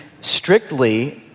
strictly